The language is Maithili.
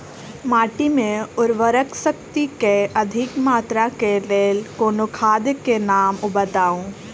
माटि मे उर्वरक शक्ति केँ अधिक मात्रा केँ लेल कोनो खाद केँ नाम बताऊ?